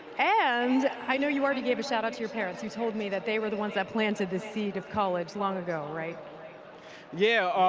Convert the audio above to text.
and i know you already gave a shout out to your parents who told me that they were the ones that planted the seed of college long ago, right? jose yeah,